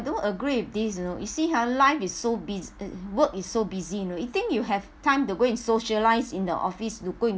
don't agree with this you know you see ha life is so bus~ work is so busy you know you think you have time to go and socialise in the office to go and